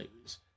news